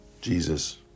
Jesus